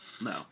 No